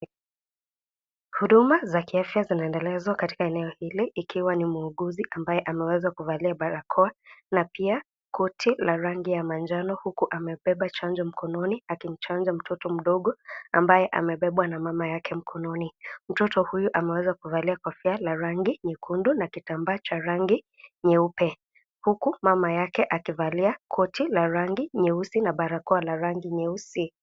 Huduma za kiafya zinaendelezwa katika eneo hili ikiwa ni muudumu ameweza kuvalia barakoa, koti la manjano na pia amebeba chanjo mkononi akichanja mtoto mdogo ambaye amebebwa na mamake mgomgoni na mtoto amevalia kitambaa cha rangi nyeupe huku mamake amevalia koti la rangi nyeusi na barakoa ya rangi nyeusi.